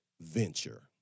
venture